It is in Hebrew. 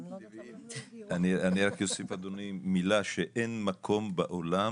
אני רק אוסיף מילה, אדוני, שאין מקום בעולם